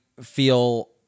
feel